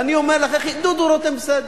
ואני אומר לך: דודו רותם, בסדר.